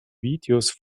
videos